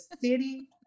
city